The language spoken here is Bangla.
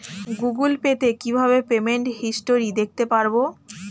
গুগোল পে তে কিভাবে পেমেন্ট হিস্টরি দেখতে পারবো?